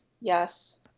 Yes